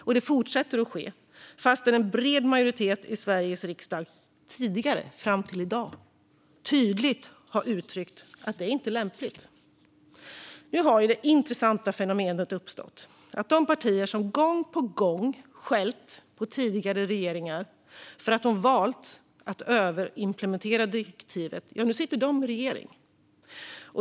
Och det fortsätter att ske trots att en bred majoritet i Sveriges riksdag tidigare, fram till i dag, tydligt har uttryckt att det inte är lämpligt. Nu har det intressanta fenomenet uppstått att de partier som gång på gång skällt på tidigare regeringar för att de valt att överimplementera direktivet sitter i regering.